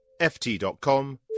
ft.com